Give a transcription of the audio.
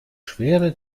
schwere